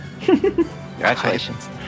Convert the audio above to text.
Congratulations